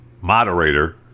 moderator